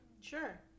Sure